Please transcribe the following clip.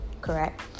correct